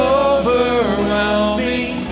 overwhelming